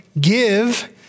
give